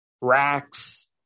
racks